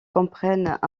comprennent